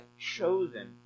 chosen